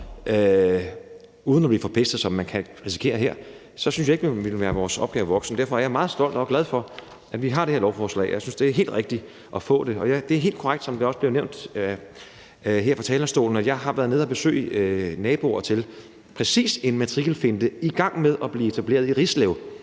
uden at blive forpestet, som man kan risikere her, så synes jeg ikke, vi ville være vores opgave voksen. Derfor er jeg meget stolt over og glad for, at vi har det her lovforslag, og jeg synes, at det er helt rigtigt at få det. Det er helt korrekt, som det også er blevet nævnt her på talerstolen, at jeg har været nede at besøge naboer til en svinefarm, der er i gang med at lave præcis en